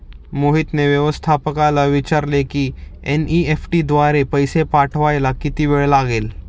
मोहितने व्यवस्थापकाला विचारले की एन.ई.एफ.टी द्वारे पैसे पाठवायला किती वेळ लागेल